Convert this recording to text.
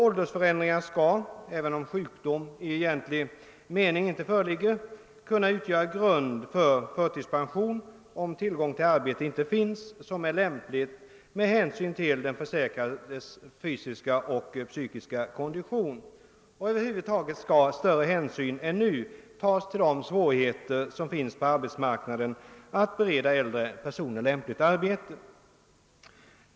Ål dersförändringar skall, även om sjukdom i egentlig mening inte föreligger, kunna utgöra grund för förtidspension, om det inte finns tillgång till arbete som är lämpligt med tanke på den försäkrades fysiska och psykiska kondition. Över huvud taget skall större hänsyn än nu tas till de svårigheter som förekommer på arbetsmarknaden när det gäller att bereda äldre personer lämpligt arbete.